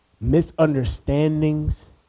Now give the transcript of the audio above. misunderstandings